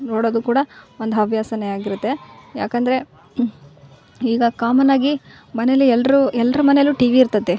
ನೋಡೋದು ಕೂಡ ಒಂದು ಹವ್ಯಾಸ ಆಗಿರುತ್ತೆ ಯಾಕಂದ್ರೆ ಈಗ ಕಾಮನ್ ಆಗಿ ಮನೆಯಲ್ಲಿ ಎಲ್ಲರು ಎಲ್ಲರು ಮನೇಲೂ ಟಿವಿ ಇರ್ತದೆ